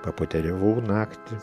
papoteriavau naktį